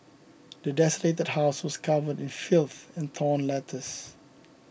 the desolated house was covered in filth and torn letters